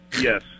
Yes